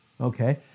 okay